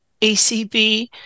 ACB